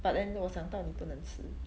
but then 我想到你不能吃